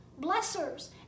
blessers